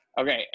Okay